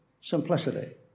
simplicity